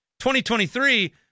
2023